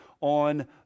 on